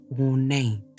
ornate